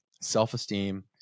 self-esteem